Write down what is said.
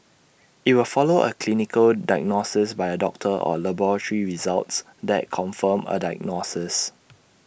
IT will follow A clinical diagnosis by A doctor or laboratory results that confirm A diagnosis